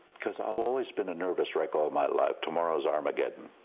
because i've always been a nervous wreck all my life. tomorrow is armageddon.